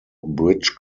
bridge